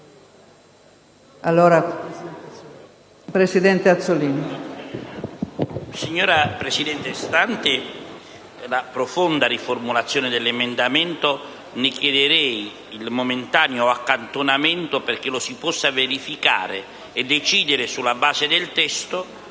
Signora Presidente, stante la sostanziale riformulazione dell'emendamento 2.1, ne chiederei il momentaneo accantonamento perché lo si possa verificare e decidere, sulla base del testo,